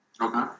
Okay